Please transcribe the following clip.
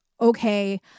okay